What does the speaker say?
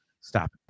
stop